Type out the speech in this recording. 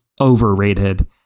overrated